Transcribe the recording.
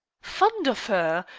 fond of her!